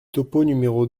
topeau